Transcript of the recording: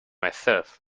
myself